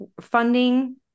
funding